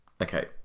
okay